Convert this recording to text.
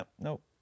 nope